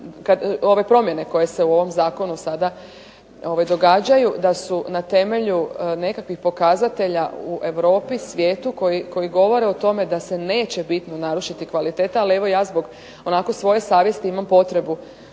ove promjene koje se u ovom zakonu sada događaju da su na temelju nekakvih pokazatelja u Europi, svijetu, koji govore o tome da se neće bitno narušiti kvaliteta, ali evo ja zbog svoje savjesti imam potrebu